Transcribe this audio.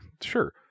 Sure